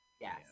Yes